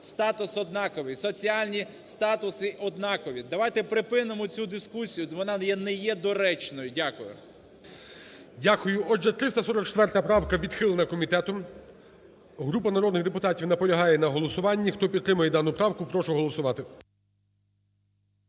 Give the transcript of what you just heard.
статус однаковий, соціальні статуси однакові. Давайте припинимо цю дискусію, вона не є доречною. Дякую. ГОЛОВУЮЧИЙ. Дякую. Отже, 344 правка відхилена комітетом. Група народних депутатів наполягає на голосуванні. Хто підтримує дану правку, прошу голосувати.